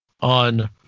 on –